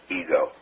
ego